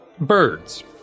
Birds